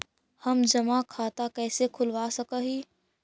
हम जमा खाता कैसे खुलवा सक ही?